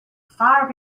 far